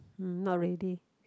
hmm not ready